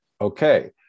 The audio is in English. Okay